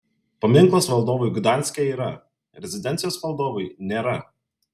paminklas valdovui gdanske yra rezidencijos valdovui nėra